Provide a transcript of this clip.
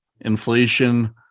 inflation